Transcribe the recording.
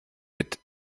mit